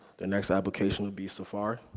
the next application would be safari.